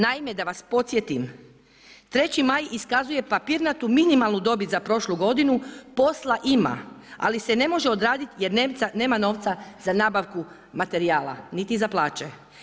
Naime, da vas podsjetim, Treći Maj iskazuje papirnatu minimalnu dobit za prošlu godinu, posla ima ali se ne može odraditi jer nema novca za nabavku materijala niti za plaće.